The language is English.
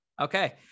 Okay